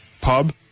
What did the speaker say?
pub